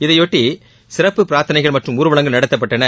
இதையொட்டி சிறப்பு பிரார்த்தனைகள் மற்றும் ஊர்வலங்கள் நடத்தப்பட்டன